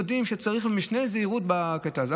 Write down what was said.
יודעים שצריך משנה זהירות בקטע הזה.